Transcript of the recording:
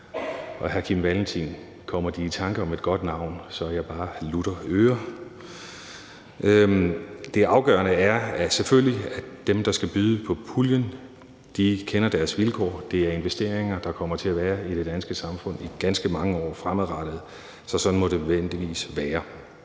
og, hr. Kim Valentin, hvis De kommer i tanker om et godt navn, så vil jeg bare være lutter øren. Det afgørende er selvfølgelig, at dem, der skal byde på puljen, kender deres vilkår, for det er investeringer, der kommer til at være i det danske samfund i ganske mange år fremadrettet. Så sådan må det nødvendigvis være.